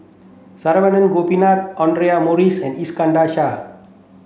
Saravanan Gopinathan Audra Morrice and Iskandar Shah